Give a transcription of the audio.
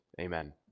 amen